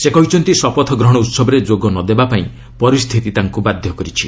ସେ କହିଛନ୍ତି ଶପଥ ଗ୍ରହଣ ଉତ୍ସବରେ ଯୋଗ ନ ଦେବାପାଇଁ ପରିସ୍ଥିତି ତାଙ୍କୁ ବାଧ୍ୟ କରିଛି